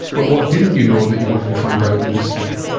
but what didn't you know that you wanted to find out in this study?